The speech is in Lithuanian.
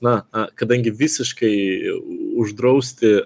na kadangi visiškai uždrausti